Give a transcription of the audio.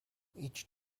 each